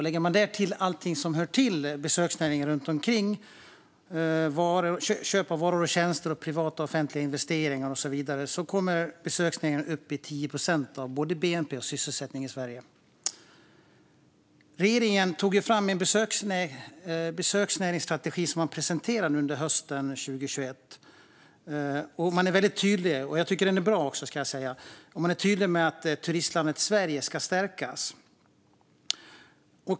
Lägger man därtill allt runt omkring som hör till besöksnäringen, som köp av varor och tjänster, privata och offentliga investeringar och så vidare, kommer besöksnäringen upp i 10 procent av både bnp och sysselsättning i Sverige. Regeringen tog fram en besöksnäringsstrategi som man presenterade under hösten 2021, och jag tycker att den är bra. Man är tydlig med att turistlandet Sverige ska stärkas.